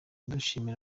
dushimira